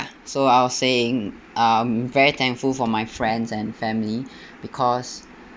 so I was saying um very thankful for my friends and family because